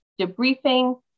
debriefing